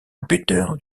buteur